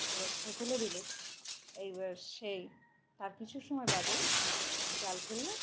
এবার ফেলে দিলে এইবার সেই তার কিছু সময় বাদে জাল ফেললে